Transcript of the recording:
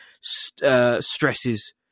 stresses